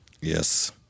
yes